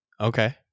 Okay